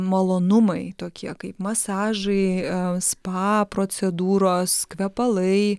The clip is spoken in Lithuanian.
malonumai tokie kaip masažai spa procedūros kvepalai